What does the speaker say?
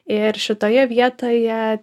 ir šitoje vietoje